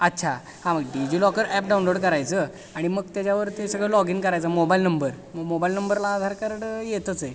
अच्छा हां मग डिजिलॉकर ॲप डाऊनलोड करायचं आणि मग त्याच्यावर ते सगळं लॉग इन करायचं मोबाईल नंबर म मोबाईल नंबरला आधार कार्ड येतंच आहे